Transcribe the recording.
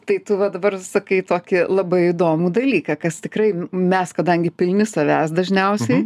tai tu va dabar sakai tokį labai įdomų dalyką kas tikrai mes kadangi pilni savęs dažniausiai